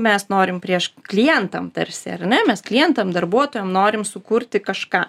mes norim prieš klientam tarsi ar ne mes klientam darbuotojam norim sukurti kažką